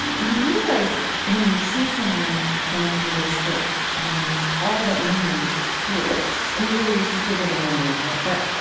you realize when you see someone going through this that all that memory holds. i mean, really, this is bigger than memory, isn't it? but,